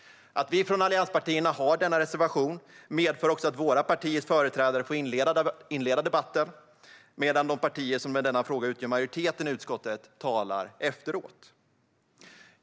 Att vi från allianspartierna har denna reservation medför också att våra partiers företrädare får inleda debatten, medan de partier som i denna fråga utgör majoriteten i utskottet talar efteråt.